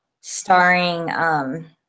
starring –